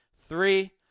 three